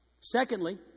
Secondly